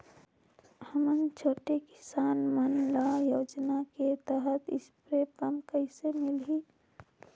हमन छोटे किसान मन ल योजना के तहत स्प्रे पम्प कइसे मिलही?